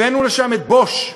הבאנו לשם את Bosch,